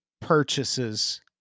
purchases